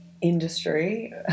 industry